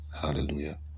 Hallelujah